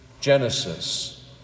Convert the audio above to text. Genesis